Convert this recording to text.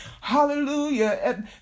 hallelujah